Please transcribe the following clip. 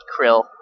krill